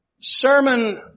sermon